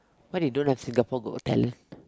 why they don't have Singapore's-Got-Talent